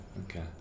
okay